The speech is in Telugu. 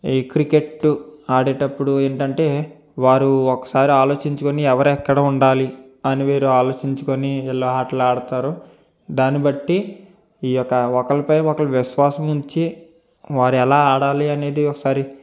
ఈ క్రికెట్ టు ఆడేటప్పుడు ఏంటంటే వారు ఒకసారి ఆలోచించుకోండి ఎవరు ఎక్కడ ఉండాలి అని వేరు ఆలోచించుకొని ఎలా ఆట్లాడుతారు దాన్ని బట్టి ఈ యొక్క ఒకరిపై ఒకరు విశ్వాసం ఉంచి వారు ఎలా ఆడాలి అనేది ఒకసారి